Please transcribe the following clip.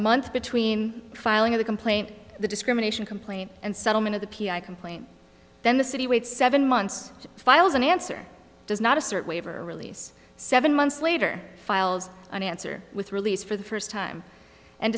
month between filing a complaint the discrimination complaint and settlement of the complaint then the city waits seven months to files an answer does not assert waiver release seven months later files an answer with release for the first time and